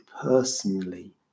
personally